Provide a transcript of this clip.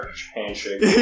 handshake